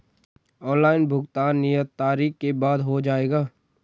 Online भुगतान नियत तारीख के बाद हो जाएगा?